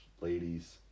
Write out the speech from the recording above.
ladies